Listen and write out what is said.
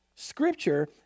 Scripture